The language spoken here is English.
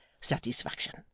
satisfaction